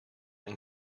ein